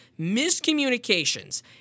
miscommunications